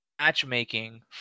matchmaking